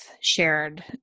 shared